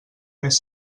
més